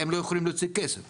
הם גם לא יכולים להוציא כסף.